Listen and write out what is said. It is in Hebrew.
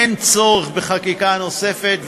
אין צורך בחקיקה נוספת,